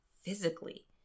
physically